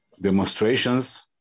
demonstrations